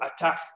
attack